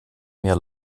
mehr